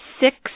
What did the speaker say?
six